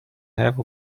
have